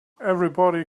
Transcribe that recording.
everybody